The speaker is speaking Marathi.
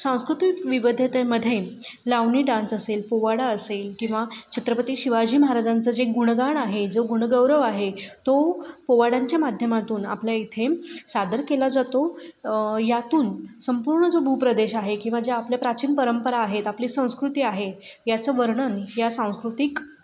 सांस्कृतिक विविधतेमध्ये लावणी डान्स असेल पोवाडा असेल किंवा छत्रपती शिवाजी महाराजांचं जे गुणगाण आहे जो गुणगौरव आहे तो पोवाड्यांच्या माध्यमातून आपल्या इथे सादर केला जातो यातून संपूर्ण जो भूप्रदेश आहे किंवा ज्या आपल्या प्राचीन परंपरा आहेत आपली संस्कृती आहे याचं वर्णन या सांस्कृतिक